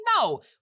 No